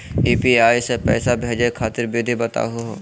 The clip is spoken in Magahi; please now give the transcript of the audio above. यू.पी.आई स पैसा भेजै खातिर विधि बताहु हो?